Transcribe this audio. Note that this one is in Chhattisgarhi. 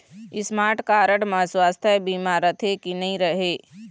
स्मार्ट कारड म सुवास्थ बीमा रथे की नई रहे?